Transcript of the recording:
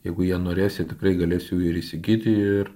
jeigu jie norės jie tikrai galės jų ir įsigyti ir